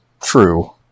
True